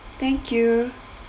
thank you